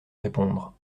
répondre